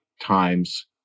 times